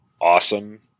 awesome